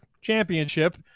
championship